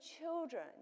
children